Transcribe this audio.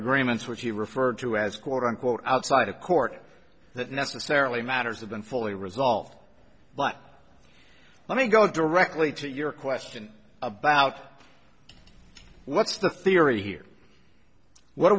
agreements which he referred to as quote unquote outside a court that necessarily matters have been fully resolved but let me go directly to your question about what's the theory here what are